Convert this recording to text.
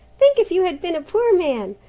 think if you had been a poor man,